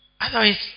Otherwise